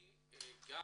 אני גם